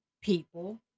people